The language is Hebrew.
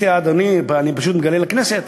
אדוני, אני פשוט מגלה לכנסת,